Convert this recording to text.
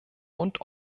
und